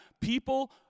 People